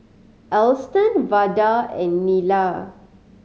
Alston Vada and Nila